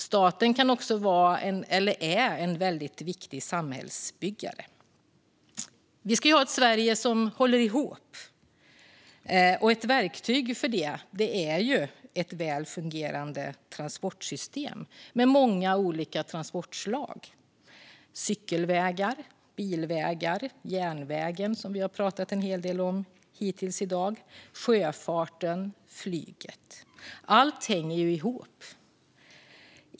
Staten är också en väldigt viktig samhällsbyggare. Vi ska ha ett Sverige som håller ihop. Ett verktyg för det är ett väl fungerande transportsystem med många olika transportslag. Där ingår cykelvägar, bilvägar, järnvägen, som vi har pratat en hel del om hittills i dag, sjöfarten och flyget. Allt hänger ihop.